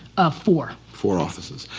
ah four. four offices.